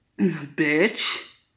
Bitch